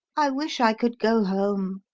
i wish i could go home.